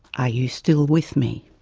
are you still with me?